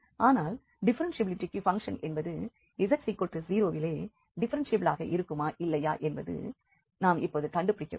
ஆனால் டிஃப்ஃபெரென்ஷியபிலிட்டிக்கு பங்க்ஷன் என்பது z0 விலே டிஃப்ஃபெரென்ஷியபிளாக இருக்குமா இல்லையா என்பதை நாம் இப்பொழுது கண்டுபிடிக்க வேண்டும்